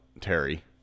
Terry